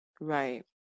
Right